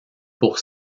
pour